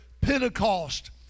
Pentecost